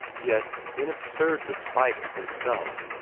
yet, in absurd despite of himself,